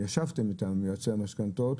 אם ישבתם איתם עם יועצי המשכנתאות,